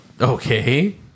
okay